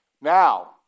Now